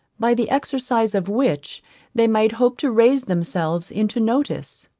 by the exercise of which they might hope to raise themselves into notice.